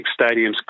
stadiums